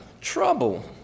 trouble